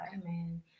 Amen